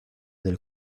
del